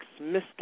mystic